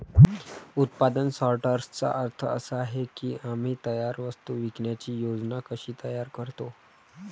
उत्पादन सॉर्टर्सचा अर्थ असा आहे की आम्ही तयार वस्तू विकण्याची योजना कशी तयार करतो